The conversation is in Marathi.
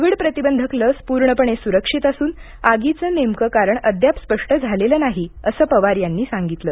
कोविड प्रतिबंधक लस पूर्णपणे सुरक्षित असून आगीचं नेमकं कारण अद्याप स्पष्ट झालेलं नाहीअसं पवार यांनी सांगितलं